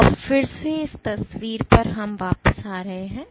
तो अब फिर से इस तस्वीर पर वापस जा रहे हैं